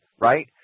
Right